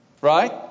Right